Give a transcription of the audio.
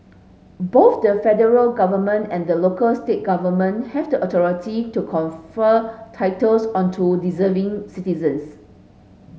both the federal government and the local state government have the authority to confer titles onto deserving citizens